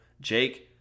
Jake